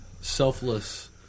selfless